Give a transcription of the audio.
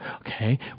Okay